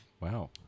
Wow